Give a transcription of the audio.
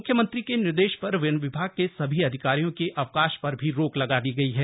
म्ख्यमंत्री के निर्देश पर वन विभाग के सभी अधिकारियों के अवकाश पर भी रोक लगा दी गई है